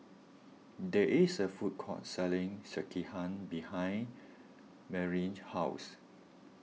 there is a food court selling Sekihan behind Marlyn's house